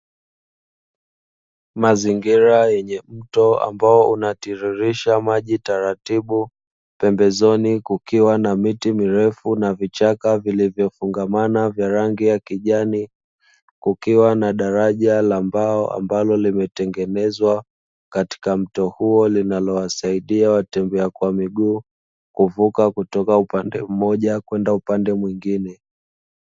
Mazingira yenye mto ambao unatiririsha maji taratibu, pembezoni kukiwa na miti mirefu na vichaka vilivyofungamana vya rangi ya kijani, kukiwa na daraja la mbao ambalo limetengenezwa katika mto huo, linalowasaidia watembea kwa miguu kuvuka kutoka upande mmoja kwenda upande mwingine.